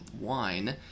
wine